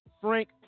frank